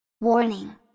Warning